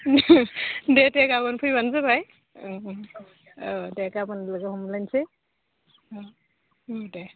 दे दे गाबोन फैबानो जाबाय औ औ दे गाबोन लोगो मोनलायनोसै औ देह